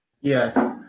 yes